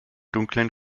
dunklen